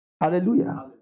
Hallelujah